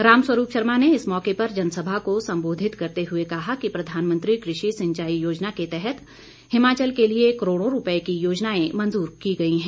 रामस्वरूप शर्मा ने इस मौके पर जनसभा को सम्बोधित करते हुए कहा कि प्रधानमंत्री कृषि सिंचाई योजना के तहत हिमाचल के लिए करोड़ों रूपए की योजनाएं मंजूर की गई हैं